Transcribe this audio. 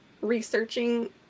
researching